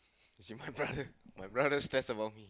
see my brother my brother stress about me